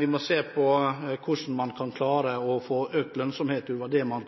Vi må se på hvordan man kan klare å få økt lønnsomhet ut av det man